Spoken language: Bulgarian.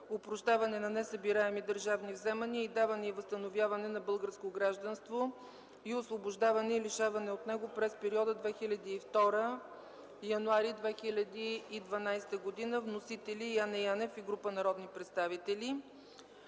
опрощаване на несъбираеми държавни вземания, и даване и възстановяване на българско гражданство и освобождаване и лишаване от него през периода 2002 – януари 2012 г. Вносители: Яне Янев и група народни представители.